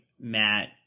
Matt